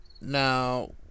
Now